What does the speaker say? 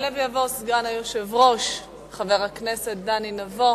יעלה ויבוא סגן היושב-ראש, חבר הכנסת דני דנון.